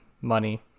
money